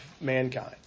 mankind